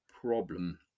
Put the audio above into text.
problem